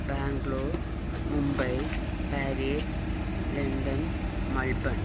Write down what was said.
Bangalore Mumbai Paris London Melbourne